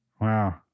Wow